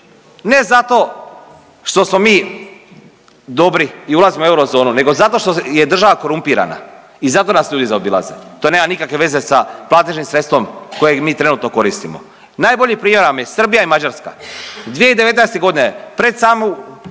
Ne zato što smo mi dobri i ulazimo u eurozonu nego zato što je država korumpirana i zato nas ljudi zaobilaze. To nema nikakve veze sa platežnim sredstvom kojeg mi trenutno koristimo. Najbolji primjer vam je Srbija i Mađarska. 2019. godine pred samu